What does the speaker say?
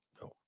no